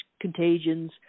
contagions